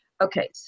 Okay